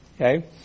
Okay